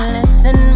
Listen